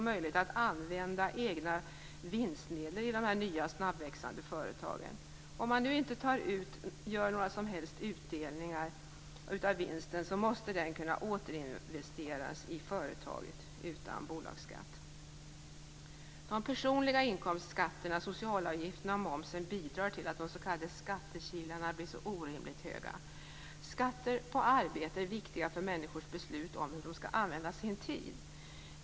Möjligheter att använda egna vinstmedel måste införas för nya snabbväxande företag. Om det inte görs några utdelningar av vinsten, måste den kunna återinvesteras i företaget utan bolagsskatt. De personliga inkomstskatterna, socialavgifterna och momsen bidrar till att de s.k. skattekilarna blir så orimligt höga. Skatter på arbete är viktiga för människors beslut om hur de skall använda sin tid.